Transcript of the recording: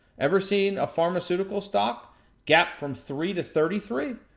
ever seen a pharmaceutical stock gap from three to thirty three?